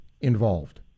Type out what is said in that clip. involved